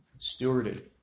stewarded